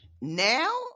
Now